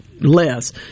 less